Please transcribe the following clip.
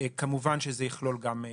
כמובן שזה יכלול גם תקציב.